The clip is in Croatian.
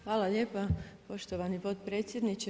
Hvala lijepa poštovani potpredsjedniče.